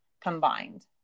combined